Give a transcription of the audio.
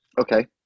okay